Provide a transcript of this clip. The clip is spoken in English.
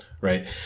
Right